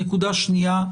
נקודה שנייה,